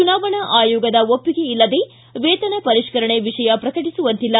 ಚುನಾವಣಾ ಆಯೋಗದ ಒಪ್ಪಿಗೆ ಇಲ್ಲದೇ ವೇತನ ಪರಿಷ್ಠರಣೆ ವಿಷಯ ಪ್ರಕಟಿಸುವಂತಿಲ್ಲ